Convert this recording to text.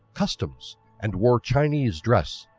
customs and wore chinese dress.